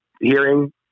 hearing